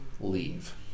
leave